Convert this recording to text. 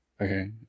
Okay